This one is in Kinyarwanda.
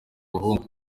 abahungu